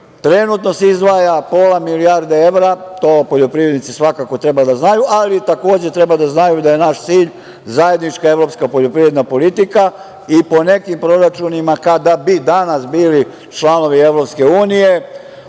se izdvaja pola milijarde evra, to poljoprivrednici svakako treba da znaju, ali takođe treba da znaju da je naš cilj Zajednička evropska poljoprivredna politika i po nekim proračunima, kada bi danas bili članovi EU ukupna